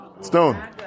stone